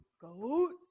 goats